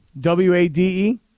W-A-D-E